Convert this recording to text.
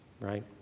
right